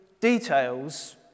details